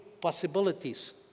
possibilities